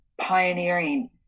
pioneering